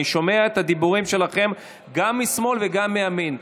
אני שומע את הדיבורים שלכם גם משמאל וגם מימין.